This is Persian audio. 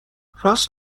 راست